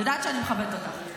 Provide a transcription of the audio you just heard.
את יודעת שאני מכבדת אותך.